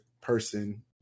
person